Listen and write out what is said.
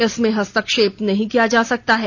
इसमें हस्तक्षेप नहीं किया जा सकता है